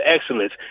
excellence